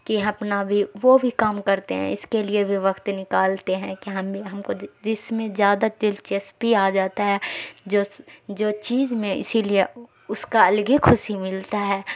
کہ ہپنا بھی وہ بھی کام کرتے ہیں اس کے لیے بھی وقت نکالتے ہیں کہ ہم بھی ہم کو جس میں زیادہ دلچسپی آ جاتا ہے جو جو چیز میں اسی لیے اس کا الگ ہی خوشی ملتا ہے